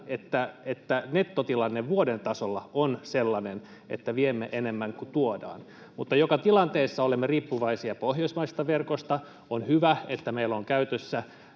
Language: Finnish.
että nettotilanne vuoden tasolla on sellainen, että viemme enemmän kuin tuomme. Mutta joka tilanteessa olemme riippuvaisia pohjoismaisesta verkosta. On hyvä, että meillä on käytössä